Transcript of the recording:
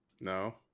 no